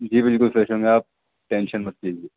جی بالکل فریش ہوں گے آپ ٹینشن مت لیجیے